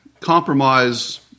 compromise